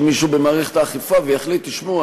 מישהו במערכת האכיפה ויחליט: תשמעו,